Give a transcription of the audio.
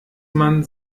man